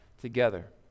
together